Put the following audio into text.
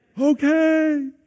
Okay